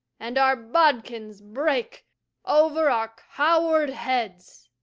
and our bodkins break over our coward heads.